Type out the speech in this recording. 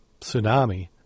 tsunami